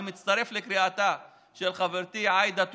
אני מצטרף לקריאתה של חברתי עאידה תומא.